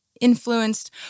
Influenced